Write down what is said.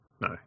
No